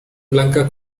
blanca